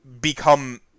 become